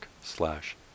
slash